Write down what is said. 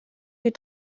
die